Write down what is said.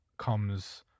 comes